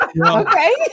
Okay